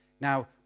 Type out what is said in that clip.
Now